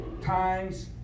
times